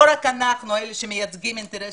לא רק אנחנו אלה שמייצגים את האינטרס